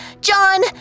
John